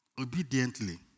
Obediently